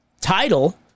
title